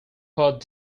heart